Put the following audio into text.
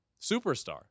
superstar